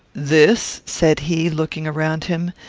this, said he, looking around him,